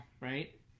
Right